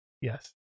Yes